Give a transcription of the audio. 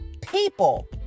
people